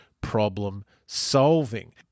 problem-solving